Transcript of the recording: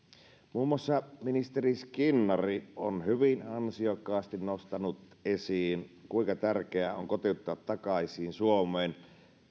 muun muassa ministeri skinnari on hyvin ansiokkaasti nostanut esiin kuinka tärkeää on kotiuttaa takaisin suomeen